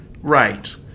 Right